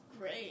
great